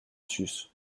sus